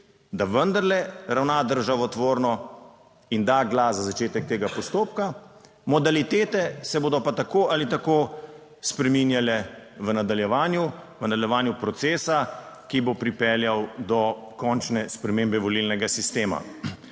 da vendarle ravna državotvorno in da glas za začetek tega postopka. Modalitete se bodo pa tako ali tako spreminjale v nadaljevanju procesa, ki bo pripeljal do končne spremembe volilnega sistema